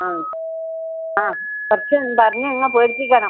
ആ ആ കുറച്ചു പറഞ്ഞു നിങ്ങ പേടിപ്പിക്കണം